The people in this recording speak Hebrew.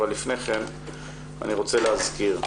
אבל לפני כן אני רוצה להזכיר,